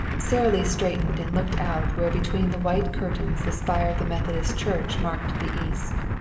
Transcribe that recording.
sara lee straightened and looked out where between the white curtains the spire of the methodist church marked the east.